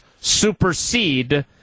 supersede